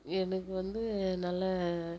எனக்கு வந்து நல்ல